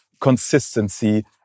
consistency